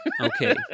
Okay